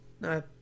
No